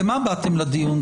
למה באתם לדיון?